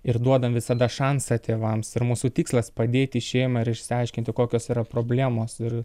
ir duodam visada šansą tėvams ir mūsų tikslas padėti šeimai ir išsiaiškinti kokios yra problemos ir